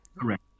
correct